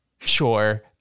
Sure